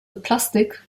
plastik